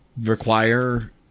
require